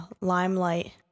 limelight